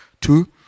Two